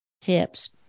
tips